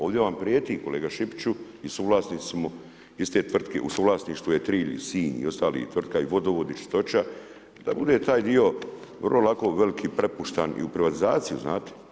Ovdje vam prijeti kolega Šipiću i suvlasnici smo iste tvrtke, u suvlasništvu je Trilj, Sinj i ostale tvrtke i vodovodi, čistoća, da bude taj dio vrlo lako veliki prepušten i u privatizaciju, znate.